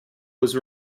was